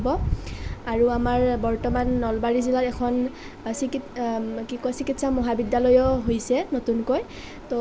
আৰু আমাৰ বৰ্তমান নলবাৰী জিলাত এখন চিকিৎসা কি কয় চিকিৎসা মহাবিদ্যালয়ো হৈছে নতুনকৈ